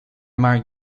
marked